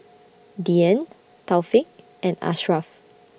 Dian Taufik and Ashraf